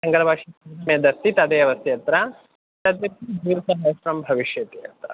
शङ्करभाष्ये यदस्ति तदेव अस्ति अत्र तदपि द्विसहस्रं भविष्यति अत्र